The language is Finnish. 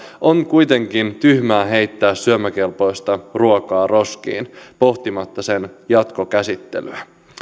on kuitenkin tyhmää heittää syömäkelpoista ruokaa roskiin pohtimatta sen jatkokäsittelyä